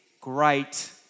great